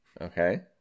Okay